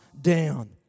down